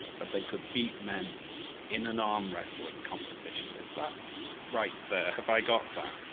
that they could beat men in an arm wrestling competition. is that right, there? have i got that?